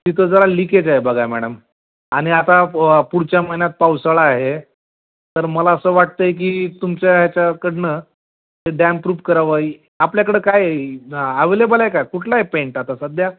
तिथं जरा लिकेज आहे बघा मॅडम आणि आता पुढच्या महिन्यात पावसाळा आहे तर मला असं वाटतं आहे की तुमच्या ह्याच्याकडनं ते डॅमप्रूफ करावं आपल्याकडं काय अवेलेबल आहे का कुठला आहे पेंट आता सध्या